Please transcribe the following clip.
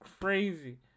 crazy